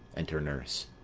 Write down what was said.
enter nurse.